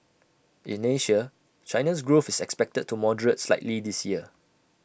in Asia China's growth is expected to moderate slightly this year